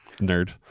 nerd